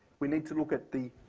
we need to look at the